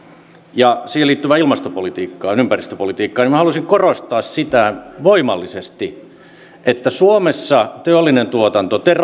ja siihen liittyvään ilmastopolitiikkaan ympäristöpolitiikkaan niin minä haluaisin korostaa voimallisesti sitä että suomessa teollinen tuotanto